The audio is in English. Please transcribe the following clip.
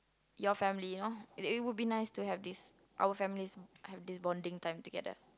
your family you know it it will be nice to have this our families have this bonding time together